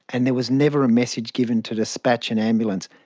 and there was never message given to dispatch an ambulance,